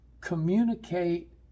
communicate